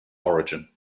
origin